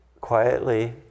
quietly